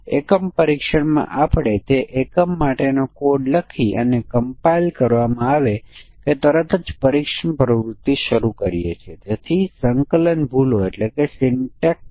તેથી b2 4 a cની કિંમતો શું છે તેના આધારે આપણી પાસે જુદા જુદા ઉકેલો હોઈ શકે છે